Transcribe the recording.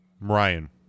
Ryan